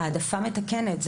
זה